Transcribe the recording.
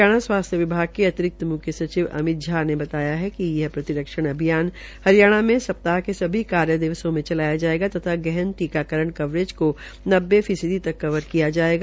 हरियाणा स्वास्थ्य विभाग के अतिरिक्त मुख्य सचिवों अमित झा ने बताया कि यह प्रतिरक्षण अभियान हरियाणा के सप्ताह के सभी कार्य दिवसों में चलाया जायेगा तथा गहन टीकाकरण कवरेज को नब्बे फीसदी तक कवर किया जायेगा